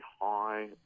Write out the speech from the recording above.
high